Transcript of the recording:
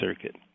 Circuit